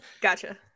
Gotcha